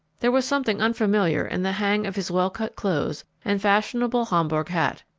there was something unfamiliar in the hang of his well-cut clothes and fashionable homburg hat.